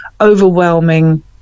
overwhelming